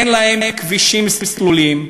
אין להם כבישים סלולים.